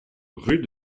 rue